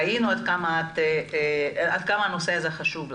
ראינו עד כמה הנושא הזה חשוב לך.